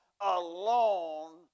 alone